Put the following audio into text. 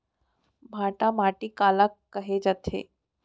भांटा माटी काला कहे जाथे?